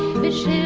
mishy